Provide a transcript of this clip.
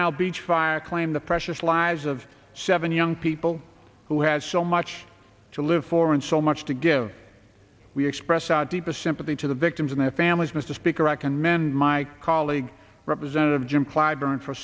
isle beach fire claimed the precious lives of seven young p people who had so much to live for and so much to give we express our deepest sympathy to the victims and their families mr speaker recommend my colleague representative jim cliburn for